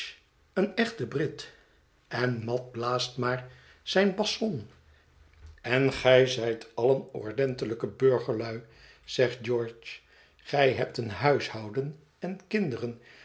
een echte brit en mat blaast maar zijn basson en gij zijt allen ordentelijke burgerlui zegt george gij hebt een huishouden en kinderen